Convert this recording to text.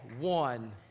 one